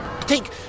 Take